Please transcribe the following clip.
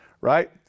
right